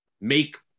make